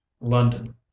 London